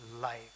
life